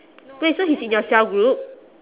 wait so he's in your cell group